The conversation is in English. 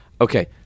okay